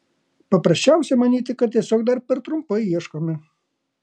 paprasčiausia manyti kad tiesiog dar per trumpai ieškome